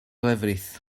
lefrith